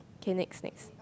okay next next